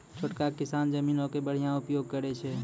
छोटका किसान जमीनो के बढ़िया उपयोग करै छै